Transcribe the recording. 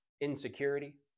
insecurity